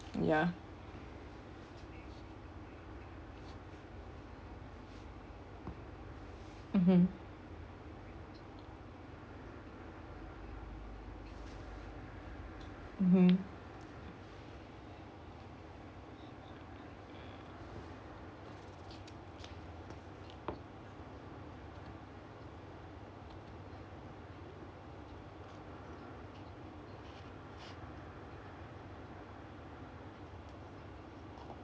ya mmhmm mmhmm